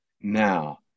now